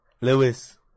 Lewis